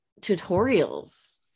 tutorials